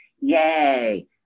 Yay